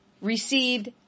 received